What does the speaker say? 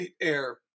air